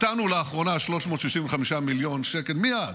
לאחרונה נתנו 365 מיליון שקל מייד,